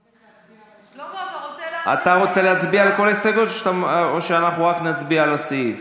אתה רוצה להצביע על כל ההסתייגויות או שאנחנו רק נצביע על הסעיף?